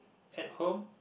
at home